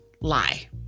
lie